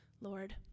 Lord